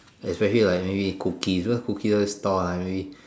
especially like maybe cookies you know cookies always store like maybe